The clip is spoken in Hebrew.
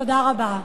תודה רבה.